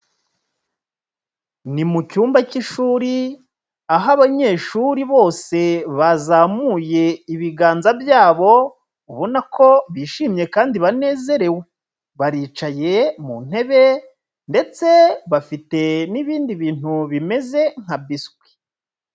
Ni mucyumba k'ishuri aho abanyeshuri bose bazamuye ibiganza byabo ubona ko bishimye kandi banezerewe, baricaye mu ntebe ndetse bafite n'ibindi bintu bimeze nka biswi.